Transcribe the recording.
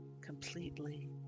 completely